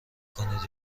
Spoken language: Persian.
کنید